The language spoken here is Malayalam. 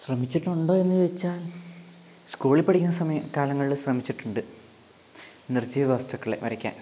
ശ്രമിച്ചിട്ടുണ്ടോ എന്ന് ചോദിച്ചാൽ സ്കൂളിൽ പഠിക്കുന്ന സമയ കാലങ്ങളിൽ ശ്രമിച്ചിട്ടുണ്ട് നിർജീവ വസ്തുക്കളെ വരക്കാൻ